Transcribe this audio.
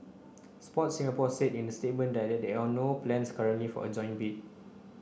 Sport Singapore said in a statement that there are no plans currently for a joint bid